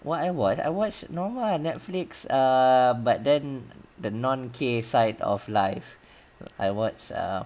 what I watch I watch no lah netflix err but then the non K side of life I watch err